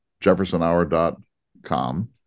jeffersonhour.com